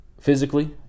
physically